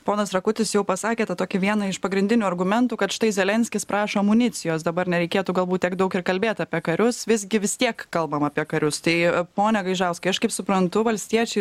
ponas rakutis jau pasakė tą tokį vieną iš pagrindinių argumentų kad štai zelenskis prašo amunicijos dabar nereikėtų galbūt tiek daug ir kalbėt apie karius visgi vis tiek kalbam apie karius tai pone gaižauskai aš kaip suprantu valstiečiai